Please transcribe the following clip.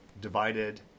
divided